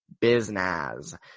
business